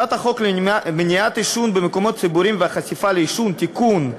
הצעת החוק למניעת עישון במקומות ציבוריים והחשיפה לעישון (תיקון,